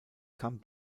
kam